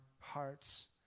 hearts